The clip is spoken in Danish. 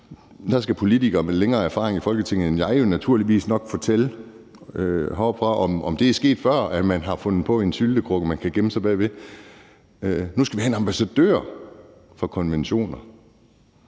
Så skal politikere med længere erfaring i Folketinget, end jeg har, jo naturligvis nok fortælle heroppefra, om det er sket før, at man har fundet på en syltekrukke, man kan gemme sig bag. Nu skal vi have en ambassadør for konventioner.